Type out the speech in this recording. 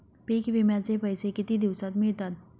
पीक विम्याचे पैसे किती दिवसात मिळतात?